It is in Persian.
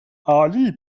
عالی